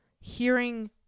hearing